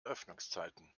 öffnungszeiten